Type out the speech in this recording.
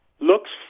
looks